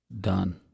done